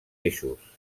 eixos